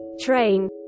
train